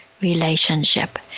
relationship